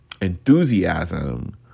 enthusiasm